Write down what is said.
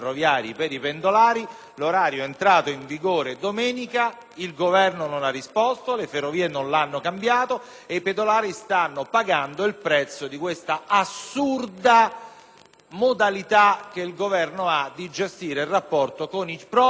il Governo non ha ancora risposto: le ferrovie non l'hanno quindi cambiato e i pendolari stanno pagando il prezzo di quest'assurda modalità che il Governo ha di gestire il rapporto con i propri cittadini governati.